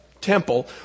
temple